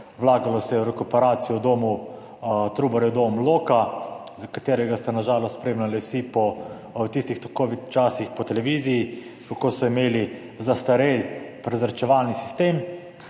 Vlagalo se je v rekuperacijo v domu Trubarjev dom, Loka. Za katerega ste na žalost spremljali vsi po tistih tako covid časih po televiziji, kako so imeli zastarel prezračevalni sistem.